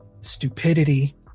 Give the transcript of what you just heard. Stupidity